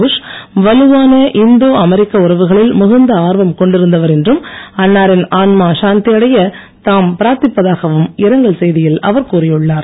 push வலுவான Indo அமெரிக்க உறவுகளில் மிகுந்த ஆர்வம் கொண்டிருந்தவர் என்றும் அன்னாரின் ஆன்மா சாந்தியடைய தாம் பிரார்த்திப்பதாகவும் இரங்கல் அவர் கூறியுள்ளார்